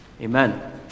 Amen